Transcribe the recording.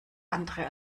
andere